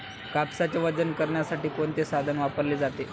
कापसाचे वजन करण्यासाठी कोणते साधन वापरले जाते?